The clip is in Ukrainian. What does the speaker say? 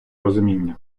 розуміння